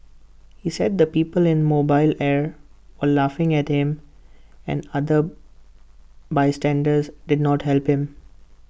he said that the people in mobile air were laughing at him and other bystanders did not help him